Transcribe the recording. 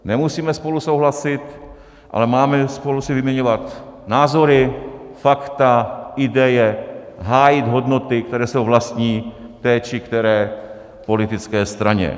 Nemusíme spolu souhlasit, ale máme si spolu vyměňovat názory, fakta, ideje, hájit hodnoty, které jsou vlastní té či které politické straně.